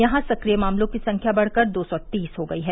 यहां सक्रिय मामलों की संख्या बढ़कर दो सौ तीस हो गई है